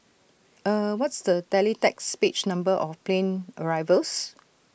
eh what's the teletext page number of plane arrivals